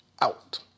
out